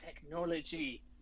technology